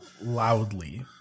loudly